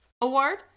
Award